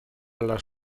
las